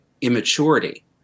immaturity